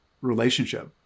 relationship